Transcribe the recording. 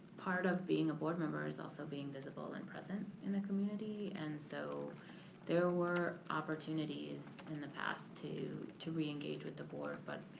part of being a board member is also being visible and present in the community. and so there were opportunities in the past to to re-engage with the board. but